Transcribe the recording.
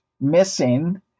missing